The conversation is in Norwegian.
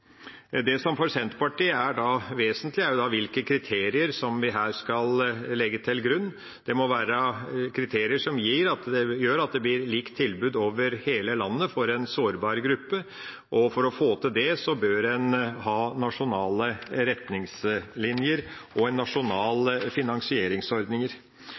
er vesentlig for Senterpartiet, er hvilke kriterier vi her skal legge til grunn. Det må være kriterier som gjør at det blir et likt tilbud over hele landet for en sårbar gruppe, og for å få til det bør en ha nasjonale retningslinjer og en